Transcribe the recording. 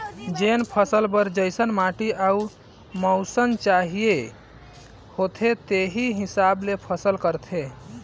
जेन फसल बर जइसन माटी अउ मउसम चाहिए होथे तेही हिसाब ले फसल करथे